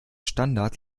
standart